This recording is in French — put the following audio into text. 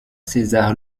césar